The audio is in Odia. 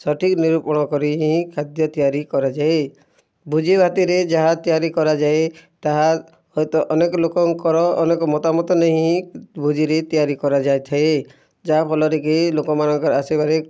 ସଠିକ୍ ନିରୂପଣ କରି ହିଁ ଖାଦ୍ୟ ତିଆରି କରାଯାଏ ଭୋଜିଭାତରେ ଯାହା ତିଆରି କରାଯାଏ ତାହା ହୁଏତ ଅନେକ ଲୋକଙ୍କର ଅନେକ ମତାମତ ନେଇ ହିଁ ଭୋଜିରେ ତିଆରି କରାଯାଇଥାଏ ଯାହାଫଲରେ କି ଲୋକମାନଙ୍କର ଆସିବାରେ